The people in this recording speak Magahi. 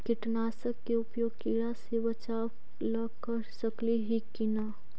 कीटनाशक के उपयोग किड़ा से बचाव ल कर सकली हे की न?